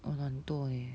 我懒惰 leh